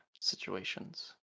situations